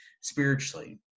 spiritually